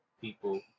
people